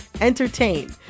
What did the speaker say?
entertain